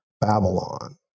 Babylon